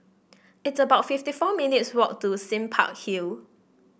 it's about fifty four minutes' walk to Sime Park Hill